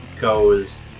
goes